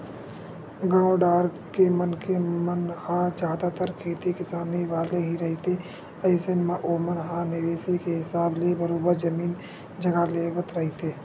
गाँव डाहर के मनखे मन ह जादतर खेती किसानी वाले ही रहिथे अइसन म ओमन ह निवेस के हिसाब ले बरोबर जमीन जघा लेवत रहिथे